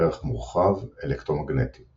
ערך מורחב – אלקטרומגנטיות